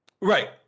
Right